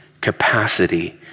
capacity